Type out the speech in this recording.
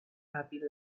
happy